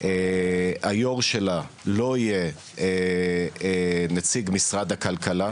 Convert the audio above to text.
היו"ר שלה לא יהיה נציג משרד הכלכלה,